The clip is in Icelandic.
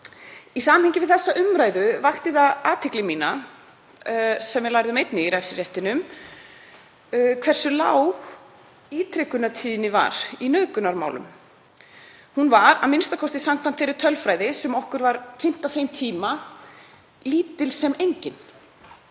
Í samhengi við þessa umræðu vakti það athygli mína, sem við lærðum einnig í refsiréttinum, hversu lág ítrekunartíðni var í nauðgunarmálum. Hún var, a.m.k. samkvæmt þeirri tölfræði sem okkur var kynnt á þeim tíma, lítil sem engin.